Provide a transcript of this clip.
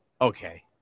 Okay